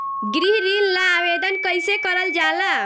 गृह ऋण ला आवेदन कईसे करल जाला?